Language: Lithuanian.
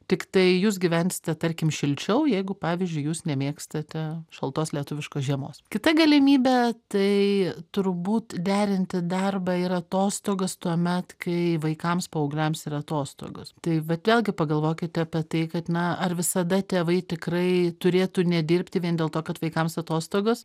tiktai jūs gyvensite tarkim šilčiau jeigu pavyzdžiui jūs nemėgstate šaltos lietuviškos žiemos kita galimybė tai turbūt derinti darbą ir atostogas tuomet kai vaikams paaugliams yra atostogos tai vat vėlgi pagalvokite apie tai kad na ar visada tėvai tikrai turėtų nedirbti vien dėl to kad vaikams atostogos